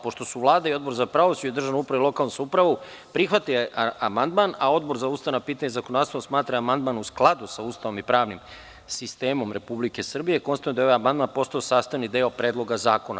Pošto su Vlada i Odbor za pravosuđe, državnu upravu i lokalnu samoupravu prihvatili amandman, a Odbor za ustavna pitanja i zakonodavstvo smatra da je amandman u skladu sa Ustavom i pravnim sistemom Republike Srbije, konstatujem da je ovaj amandman postao sastavni deo Predloga zakona.